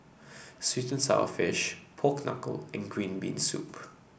sweet and sour fish Pork Knuckle and Green Bean Soup